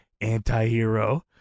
anti-hero